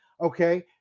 okay